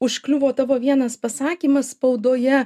užkliuvo tavo vienas pasakymas spaudoje